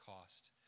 cost